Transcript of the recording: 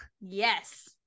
Yes